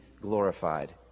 glorified